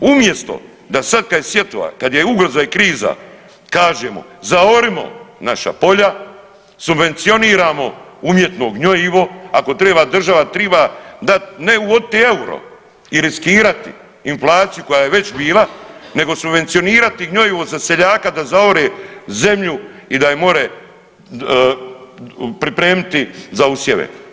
Umjesto da sad kad je sjetva, kad je ugroza i kriza kažemo zaorimo naša polja, subvencioniramo umjetno gnojivo ako treba država triba dat ne uvodit euro i riskirati inflaciju koja je već bila nego subvencionirati gnojivo za seljaka da zaore zemlju i da je more pripremiti za usjeve.